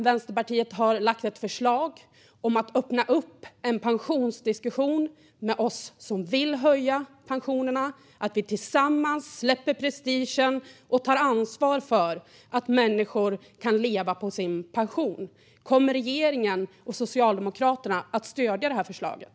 Vänsterpartiet har lagt fram ett förslag om att öppna en pensionsdiskussion med oss som vill höja pensionerna, att vi tillsammans släpper prestigen och tar ansvar för att människor kan leva på sin pension. Kommer regeringen och Socialdemokraterna att stödja det här förslaget?